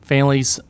Families